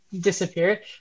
disappeared